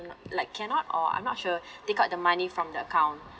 not like cannot or I'm not sure take out the money from the account